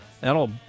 that'll